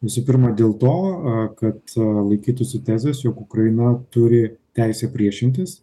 visų pirma dėl to kad laikytųsi tezės jog ukraina turi teisę priešintis